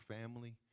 family